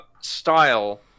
style